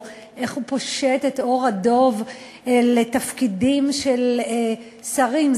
איך פושט את עור הדוב לתפקידים של שרים,